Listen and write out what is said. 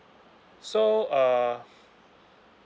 so uh